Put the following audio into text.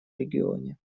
регионе